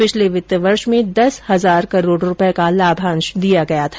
पिछले वित्त वर्ष में दस हजार करोड रूपये का लाभांश दिया गया था